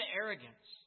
arrogance